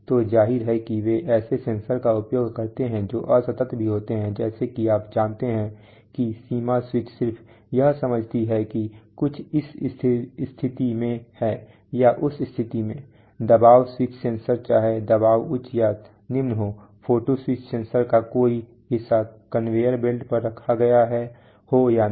तो जाहिर है कि वे ऐसे सेंसर का उपयोग करते हैं जो असतत भी होते हैं जैसे कि आप जानते हैं कि सीमा स्विच सिर्फ यह समझती है कि कुछ इस स्थिति में है या उस स्थिति में दबाव स्विच सेंसर चाहे दबाव उच्च या निम्न हो फोटो स्विच सेंसर का कोई हिस्सा कन्वेयर बेल्ट पर रखा गया हो या नहीं